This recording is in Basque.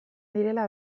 direla